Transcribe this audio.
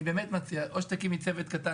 אני מציע שתקימי צוות קטן